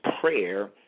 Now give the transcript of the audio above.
prayer